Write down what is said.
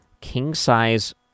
King-size